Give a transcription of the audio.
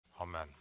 Amen